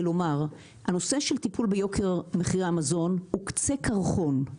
לומר הנושא של טיפול ביוקר מחירי המזון הוא קצה קרחון.